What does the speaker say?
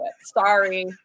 Sorry